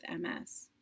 MS